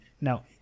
Now